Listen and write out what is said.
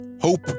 hope